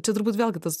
čia turbūt vėlgi tas